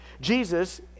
Jesus